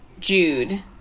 Jude